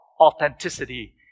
authenticity